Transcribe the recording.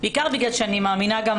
בעיקר בגלל שאני מאמינה גם